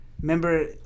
Remember